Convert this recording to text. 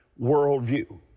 worldview